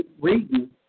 reading